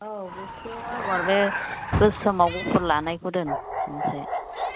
औ गुसथिआव आगर बे गोसोमाव गुफुर लानायखौ दोन दे